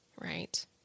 right